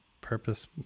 purpose